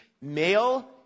Male